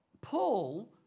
Paul